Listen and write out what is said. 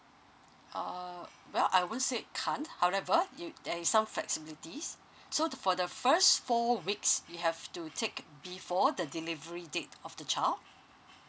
oh well I won't say can't however there is some flexibilities so the for the first four weeks we have to take before the delivery date of the child